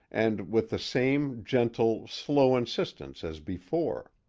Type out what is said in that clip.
and with the same gentle, slow insistence as before.